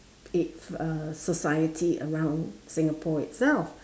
if uh society around singapore itself